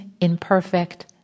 imperfect